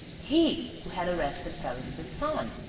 he who had arrested felix's son.